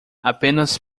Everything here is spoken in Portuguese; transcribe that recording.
apenas